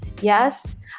Yes